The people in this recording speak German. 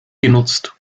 genutzt